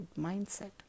mindset